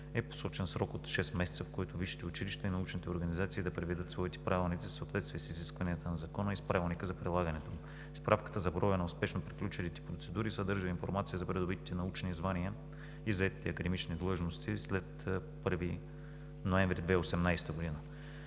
е посочен срок от шест месеца, в който висшите училища и научните организации да приведат своите правилници в съответствие с изискванията на Закона и с Правилника за прилагането му. Справката за броя на успешно приключилите процедури съдържа информация за придобитите научни звания и заетите академични длъжности след 1 ноември 2018 г.